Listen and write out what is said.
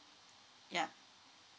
yeah